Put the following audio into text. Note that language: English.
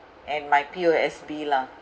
and my P_O_S_B lah